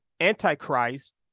Antichrist